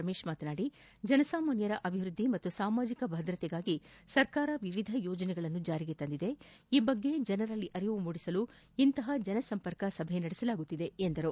ರಮೇಶ್ ಮಾತನಾಡಿ ಜನಸಾಮಾನ್ಕರ ಅಭಿವೃದ್ಧಿ ಮತ್ತು ಸಾಮಾಜಿಕ ಭದ್ರತೆಗಾಗಿ ಸರ್ಕಾರ ವಿವಿಧ ಯೋಜನೆಗಳನ್ನು ಜಾರಿಗೆ ತಂದಿದೆ ಈ ಬಗ್ಗೆ ಜನರಲ್ಲಿ ಅರಿವು ಮೂಡಿಸಲು ಇಂತಹ ಜನಸಂಪರ್ಕ ಸಭೆ ನಡೆಸಲಾಗುತ್ತಿದೆ ಎಂದರು